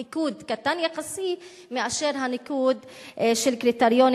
הוא ניקוד קטן יחסית מהניקוד של קריטריונים